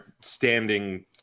standing